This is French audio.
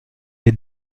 les